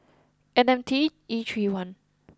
N M T E three one